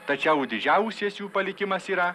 tačiau didžiausias jų palikimas yra